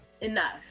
Enough